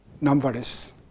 numberless